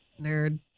Nerd